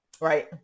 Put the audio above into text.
Right